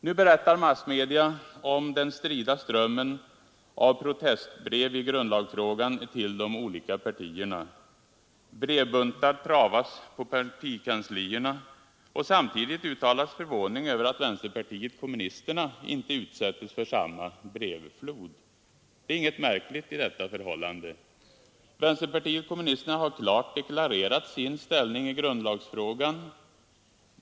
Nu berättar massmedia om den strida strömmen av protestbrev i grundlagsfrågan till de olika partierna. Brevbuntar travas på partikanslierna. Samtidigt uttalas förvåning över att vänsterpartiet kommunisterna inte utsätts för samma brevflod. Det är inget märkligt i detta förhållande. Vänsterpartiet kommunisterna har klart deklarerat sin ställning i grundlagsfrågan.